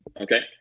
Okay